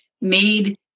made